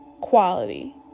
quality